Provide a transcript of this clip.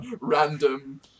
random